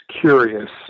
curious